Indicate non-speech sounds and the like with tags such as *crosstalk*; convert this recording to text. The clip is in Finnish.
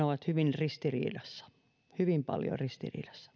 *unintelligible* ovat hyvin ristiriidassa hyvin paljon ristiriidassa *unintelligible*